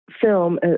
film